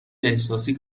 احساسی